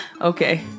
okay